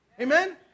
Amen